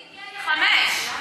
היי, הגיעו לי חמש.